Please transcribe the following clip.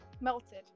melted